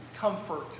comfort